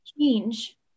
change